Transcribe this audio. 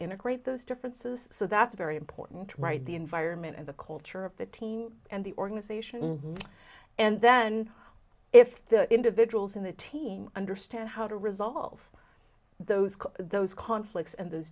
integrate those differences so that's very important right the environment and the culture of the team and the organization and then if the individuals in the team understand how to resolve those those conflicts and those